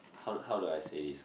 how do how do I say this